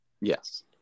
Yes